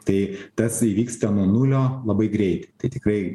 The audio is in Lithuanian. tai tas įvyksta nuo nulio labai greit tai tikrai